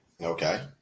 okay